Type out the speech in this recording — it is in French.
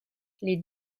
les